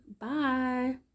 bye